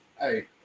hey